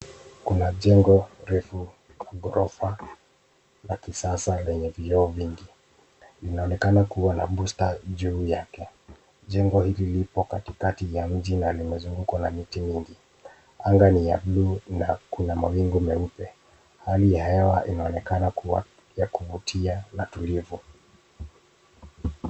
Kuna jengo refu la ghorofa la kisasa lenye vioo vingi. Inaonekana kuwa na booster juu yake. Jengo hili lipo katikati ya mji na limezungukwa na miti mingi. Anga ni ya bluu na kuna mawingu meupe. Hali ya hewa inaonekana kuwa ya kuvutia na tulivu.